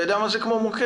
אתה יודע מה זה כמו מוקד?